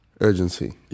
urgency